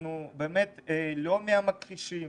אנחנו לא מהמכחישים,